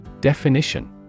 Definition